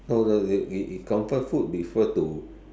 no no if if comfort food refer to